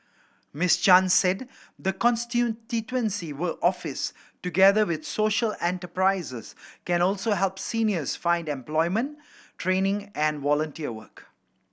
Miss Chan said the constituency will office together with social enterprises can also help seniors find employment training and volunteer work